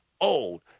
old